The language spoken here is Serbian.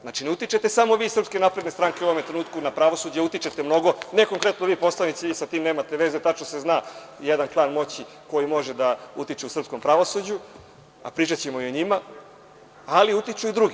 Znači, ne utičete samo vi iz SNS u ovome trenutku na pravosuđe, utičete mnogo, ne konkretno vi poslanici, vi sa tim nemate veze, tačno se zna jedan klan moći koji može da utiče u srpskom pravosuđu, a pričaćemo i o njima, ali utiču i drugi.